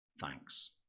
Thanks